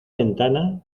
ventana